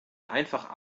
einfach